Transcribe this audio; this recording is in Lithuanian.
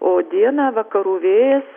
o dieną vakarų vėjas